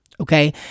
Okay